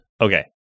Okay